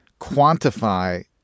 quantify